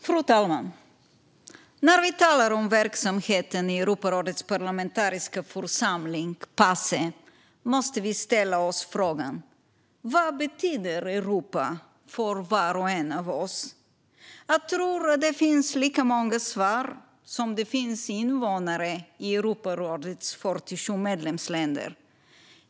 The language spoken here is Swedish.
Fru talman! När vi talar om verksamheten i Europarådets parlamentariska församling, Pace, måste vi ställa oss frågan: Vad betyder Europa för var och en av oss? Jag tror att det finns lika många svar som det finns invånare i Europarådets 47 medlemsländer.